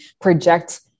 project